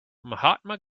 mahatma